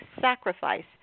sacrifice